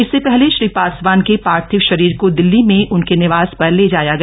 इससे पहले श्री पासवान के पार्थिव शरीर को दिल्ली में उनके निवास पर ले जाया गया